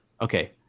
Okay